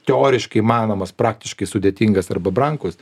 teoriškai įmanomas praktiškai sudėtingas arba brangus